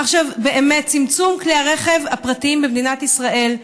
צמצום כלי הרכב הפרטיים במדינת ישראל,